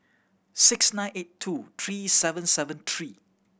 six nine eight two three seven seven three